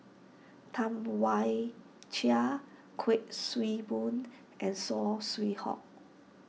Tam Wai Jia Kuik Swee Boon and Saw Swee Hock